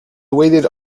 waited